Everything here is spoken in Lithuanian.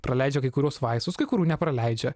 praleidžia kai kuriuos vaistus kai kurių nepraleidžia